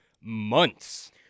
months